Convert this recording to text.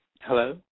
Hello